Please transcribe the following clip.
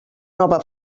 nova